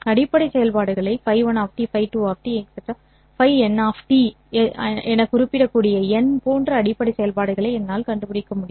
அடிப்படை செயல்பாடுகள Ф1 N as என குறிப்பிடக்கூடிய n போன்ற அடிப்படை செயல்பாடுகளை என்னால் கண்டுபிடிக்க முடியும்